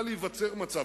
ישראל.